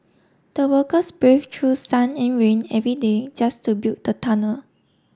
the workers brave to sun and rain every day just to build the tunnel